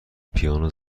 پیانو